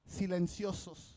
silenciosos